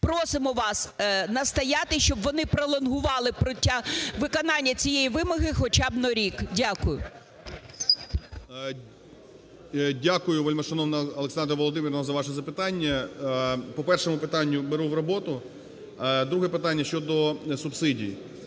Просимо вас настояти, щоб вони пролонгували виконання цієї вимоги хоча б на рік. Дякую. 10:31:58 ГРОЙСМАН В.Б. Дякую, вельмишановна Олександра Володимирівна, за ваші запитання. По першому питанню беру в роботу. Друге питання: щодо субсидій.